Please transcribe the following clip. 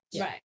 right